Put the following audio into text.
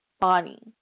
body